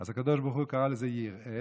אז הקדוש ברוך הוא קרא לזה יִרְאֶה.